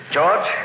George